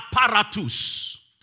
apparatus